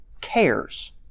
cares